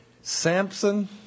Samson